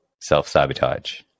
self-sabotage